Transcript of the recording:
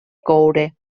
coure